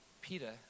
Peter